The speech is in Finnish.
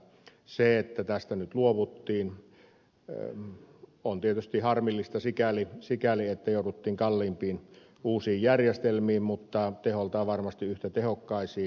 se että näistä nyt luovuttiin on tietysti harmillista sikäli että jouduttiin kalliimpiin uusiin järjestelmiin mutta varmasti yhtä tehokkaisiin